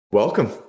Welcome